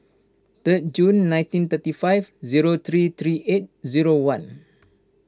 third June nineteen thirty five zero three three eight zero one